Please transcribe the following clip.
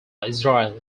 israel